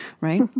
Right